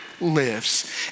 lives